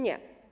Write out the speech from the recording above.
Nie.